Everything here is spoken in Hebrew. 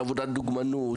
על עבודת דוגמנות,